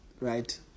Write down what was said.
right